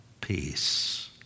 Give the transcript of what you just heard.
peace